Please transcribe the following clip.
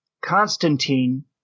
Constantine